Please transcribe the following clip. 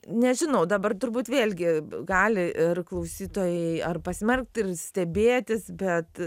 nežinau dabar turbūt vėlgi gali ir klausytojai ar pasmerkt ir stebėtis bet